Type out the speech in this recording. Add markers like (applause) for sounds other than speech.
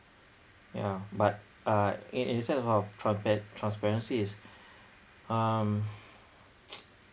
yeah but uh in~ instead of of transpa~ transparency is um (noise)